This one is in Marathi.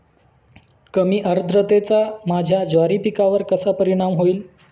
कमी आर्द्रतेचा माझ्या ज्वारी पिकावर कसा परिणाम होईल?